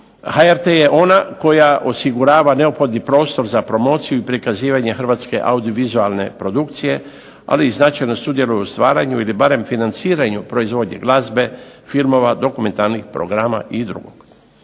HRT je ona koja osigurava neophodni prostor za promociju i prikazivanje hrvatske audiovizualne produkcije, ali i značajno sudjeluje u stvaranju ili barem financiranju proizvodnje glazbe, filmova, dokumentarnih programa i drugog.